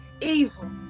evil